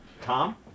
Tom